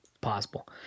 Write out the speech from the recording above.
possible